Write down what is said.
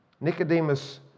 Nicodemus